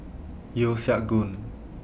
Yeo Siak Goon